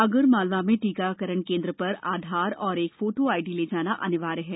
आगर मालवा में टीकाकरण केन्द्र पर आधार एवं एक फोटो आईडी ले जाना अनिवार्य है